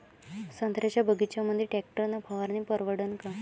संत्र्याच्या बगीच्यामंदी टॅक्टर न फवारनी परवडन का?